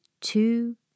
two